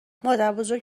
مادربزرگ